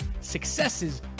successes